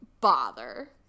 bother